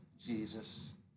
Jesus